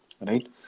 right